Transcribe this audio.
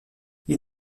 ils